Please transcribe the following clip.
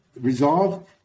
resolve